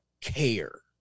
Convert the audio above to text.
care